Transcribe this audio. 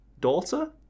Daughter